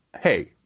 Hey